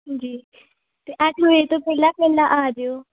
ਹਾਂਜੀ ਅਤੇ ਅੱਠ ਵਜੇ ਤੋਂ ਪਹਿਲਾਂ ਪਹਿਲਾਂ ਆ ਜਿਓ